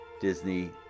Disney